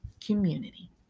community